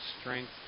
strength